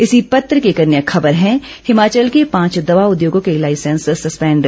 इसी पत्र की एक अन्य खबर है हिमाचल के पांच दवा उद्योगों के लाईसेंस सस्पेंड